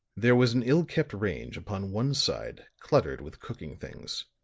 there was an ill kept range upon one side cluttered with cooking things.